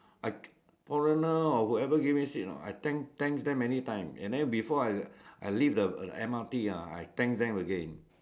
I foreigner or whoever give me seat hor I thank thank them many time and then before I I leave the M_R_T ah I thank them again